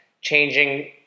changing